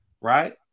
right